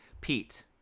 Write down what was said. pete